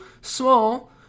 small